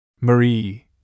Marie